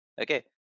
okay